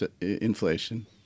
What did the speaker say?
inflation